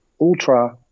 Ultra